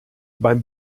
beim